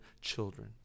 children